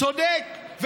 צודק.